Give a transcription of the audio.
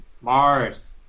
Mars